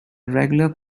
regular